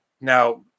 Now